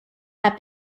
have